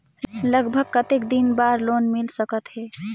लगभग कतेक दिन बार लोन मिल सकत हे?